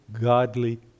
godly